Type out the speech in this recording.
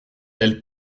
elle